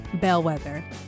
Bellwether